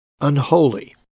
unholy